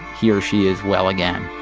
he or she is well again